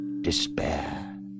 despair